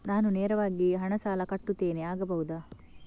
ನಾನು ನೇರವಾಗಿ ಹಣ ಸಾಲ ಕಟ್ಟುತ್ತೇನೆ ಆಗಬಹುದ?